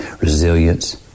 resilience